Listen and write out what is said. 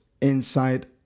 inside